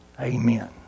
Amen